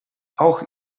auch